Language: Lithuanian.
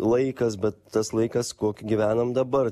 laikas bet tas laikas kokį gyvenam dabar